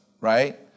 right